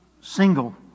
single